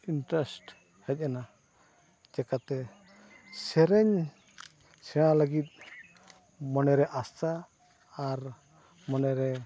interest ᱦᱮᱡ ᱮᱱᱟ ᱪᱤᱠᱟᱹᱛᱮ ᱥᱮᱨᱮᱧ ᱥᱮᱬᱟ ᱞᱟᱹᱜᱤᱫ ᱢᱚᱱᱮᱨᱮ ᱟᱥᱟ ᱟᱨ ᱢᱚᱱᱮᱨᱮ